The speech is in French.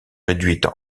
réduites